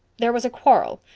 there was a quarrel.